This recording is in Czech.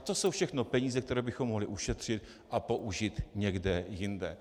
To jsou všechno peníze, které bychom mohli ušetřit a použít někde jinde.